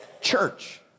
church